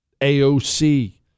AOC